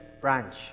branch